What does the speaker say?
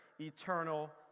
eternal